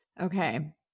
Okay